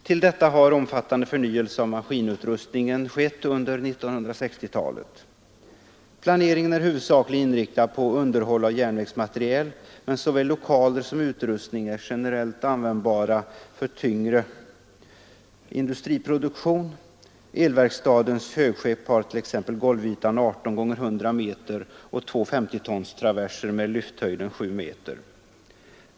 Till detta har en omfattande förnyelse av maskinutrustningen skett under 1960-talet. Planeringen är huvudsakligen inriktad på underhåll av järnvägsmateriel, men såväl lokaler som utrustning är generellt användbara för tyngre industriproduktion. Elverkstadens högskepp har t.ex. golvytan 18 x 100 m och två 50 tons traverser med lyfthöjden 7 m.